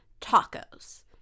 tacos